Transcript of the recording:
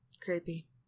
Creepy